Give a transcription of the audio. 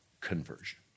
Conversion